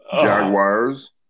Jaguars